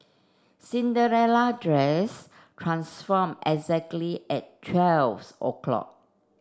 Cinderella dress transform exactly at twelve o'clock